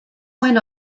went